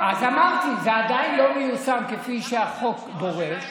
אז אמרתי, זה עדיין לא מיושם כפי שהחוק דורש.